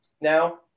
now